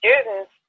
students